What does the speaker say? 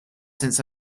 since